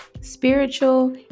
spiritual